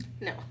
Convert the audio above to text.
No